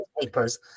papers